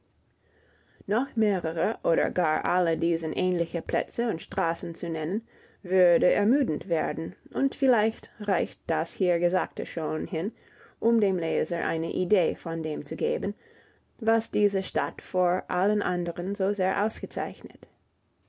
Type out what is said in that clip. noch mehrere oder gar alle diesen ähnliche plätze und straßen zu nennen würde ermüdend werden und vielleicht reicht das hier gesagte schon hin um dem leser eine idee von dem zu geben was diese stadt vor allen anderen so sehr auszeichnet